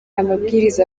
amabwiriza